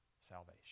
salvation